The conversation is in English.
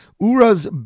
Ura's